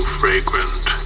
fragrant